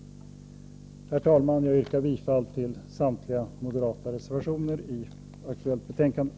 Herr talman! Jag yrkar bifall till samtliga moderata reservationer i det aktuella betänkandet.